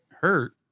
hurt